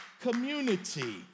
community